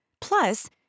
Plus